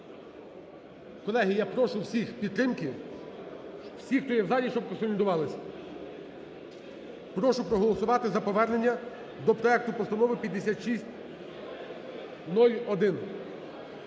Колеги, я прошу всіх підтримки, всі, хто є в залі, щоб консолідувались. Прошу проголосувати за повернення до проекту постанови 5601.